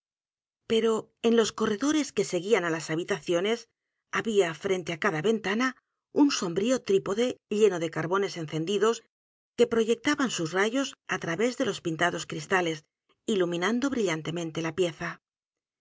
o en los corredores que seguían á las habitaciones había frente á cada ventana un sombrío trípode lleno de carbones encendidos que proyectaban sus rayos á través de los pintados cristales iluminando brillantemente la pieza